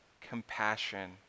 compassion